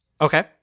Okay